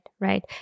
right